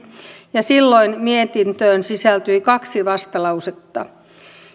ja silloin mietintöön sisältyi kaksi vastalausetta